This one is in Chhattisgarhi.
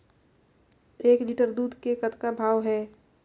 एक लिटर दूध के कतका भाव हे?